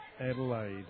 Adelaide